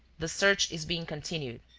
the search is being continued.